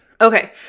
Okay